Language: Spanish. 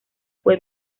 fue